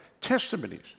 Testimonies